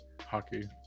hockey